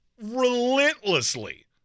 relentlessly